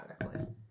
automatically